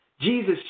Jesus